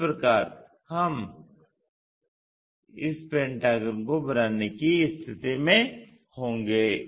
इस प्रकार हम इस पेंटागन को बनाने की स्थिति में होंगे